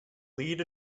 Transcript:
lead